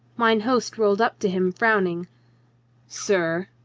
mine host rolled up to him frowning sir,